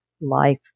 life